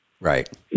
Right